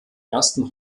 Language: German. ersten